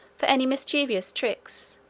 for any mischievous tricks